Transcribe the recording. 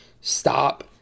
stop